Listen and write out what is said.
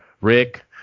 Rick